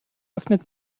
öffnet